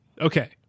Okay